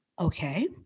okay